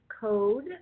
code